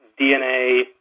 DNA